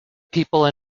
people